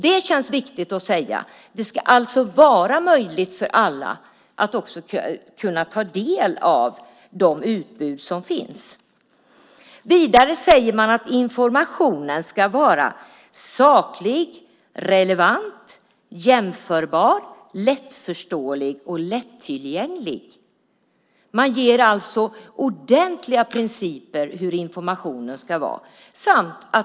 Det känns viktigt att säga. Det ska alltså vara möjligt för alla att ta del av det utbud som finns. Vidare säger man att informationen ska vara saklig, relevant, jämförbar, lättförståelig och lättillgänglig. Man ger alltså ordentliga principer för hur informationen ska vara.